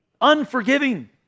unforgiving